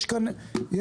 יש כאן ביזנס,